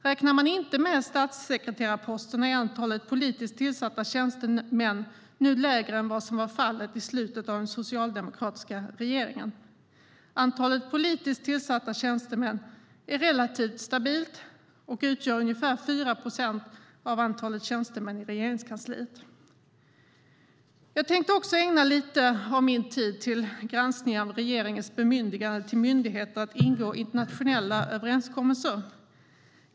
Räknar man inte med statssekreterarposterna är antalet politiskt tillsatta tjänstemän nu lägre än vad som var fallet i slutet av den socialdemokratiska regeringsperioden. Antalet politiskt tillsatta tjänstemän är relativt stabilt och utgör ungefär 4 procent av antalet tjänstemän i Regeringskansliet. Jag tänkte också ägna lite av min tid åt granskningen av regeringens bemyndiganden till myndigheter att ingå internationella överenskommelser.